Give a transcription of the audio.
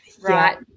right